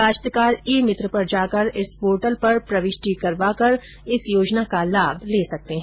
काश्तकार ई मित्र पर जाकर इस पोर्टल पर प्रविष्टि करवाकर इस योजना का लाभ ले सकते हैं